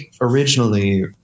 originally